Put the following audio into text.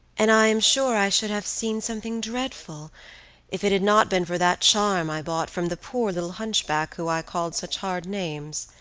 and i am sure i should have seen something dreadful if it had not been for that charm i bought from the poor little hunchback whom i called such hard names.